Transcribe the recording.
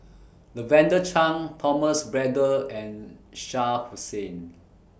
Lavender Chang Thomas Braddell and Shah Hussain